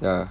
ya